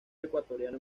ecuatoriano